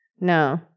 No